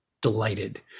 delighted